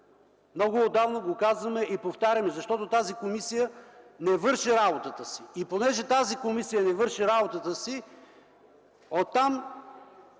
Много отдавна го казваме и повтаряме, защото тази комисия не върши работата си. Понеже тази комисия не върши работата си, оттам